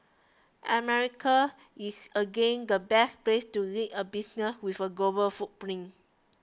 America is again the best place to lead a business with a global footprint